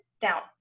down